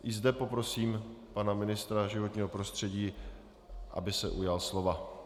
I zde poprosím pana ministra životního prostředí, aby se ujal slova.